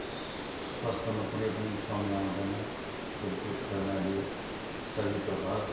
स्वास्थमा कुनै पनि कमी आउँदैन खेलकुद खेल्नाले शरीरको हर